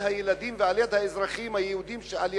הילדים ועל יד האזרחים היהודים שעל ידם,